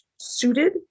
suited